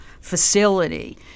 facility